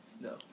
No